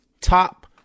top